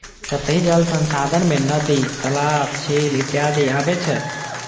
सतही जल संसाधन मे नदी, तालाब, झील इत्यादि अबै छै